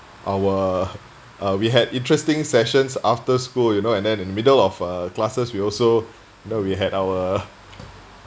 our we had interesting sessions after school you know and then in the middle of uh classes we also you know we had our